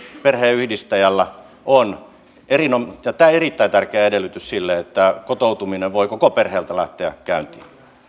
perheenyhdistäjällä on tämä on erittäin tärkeä edellytys sille että kotoutuminen voi koko perheeltä lähteä käyntiin